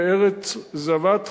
בארץ זבת חלב,